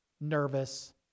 nervous